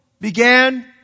began